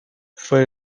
fue